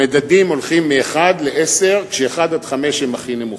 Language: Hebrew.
המדדים הולכים מ-1 ל-10, כש-1 עד 5 הם הכי נמוכים.